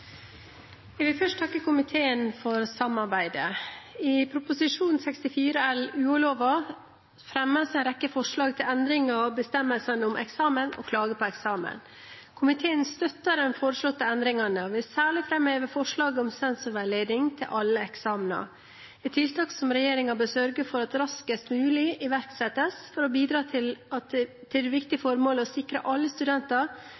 Jeg vil først takke komiteen for samarbeidet. I Prop. 64 L om UH-loven fremmes en rekke forslag til endringer av bestemmelsene om eksamen og klage på eksamen. Komiteen støtter de foreslåtte endringene og vil særlig framheve forslaget om sensorveiledning til alle eksamener, et tiltak som regjeringen bør sørge for at raskest mulig iverksettes for å bidra til det viktige formålet å sikre alle studenter